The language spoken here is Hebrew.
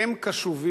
גם אני קשוב.